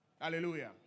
Hallelujah